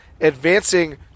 advancing